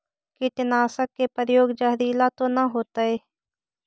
कीटनाशक के प्रयोग, जहरीला तो न होतैय?